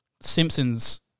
Simpsons